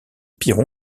piron